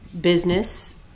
business